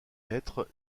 hêtre